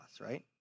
right